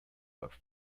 earth